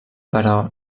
però